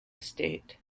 state